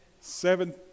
seven